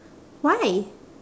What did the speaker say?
why